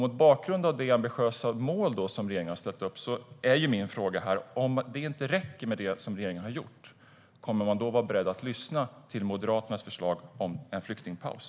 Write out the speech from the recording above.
Mot bakgrund av det ambitiösa mål som regeringen har ställt upp är min fråga: Ifall det som regeringen har gjort inte räcker, kommer man i så fall att vara beredd att lyssna till Moderaternas förslag om en flyktingpaus?